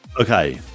Okay